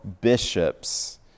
bishops